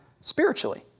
spiritually